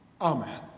Amen